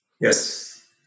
Yes